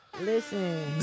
Listen